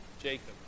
Jacob